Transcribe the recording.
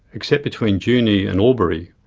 except between junee and albury,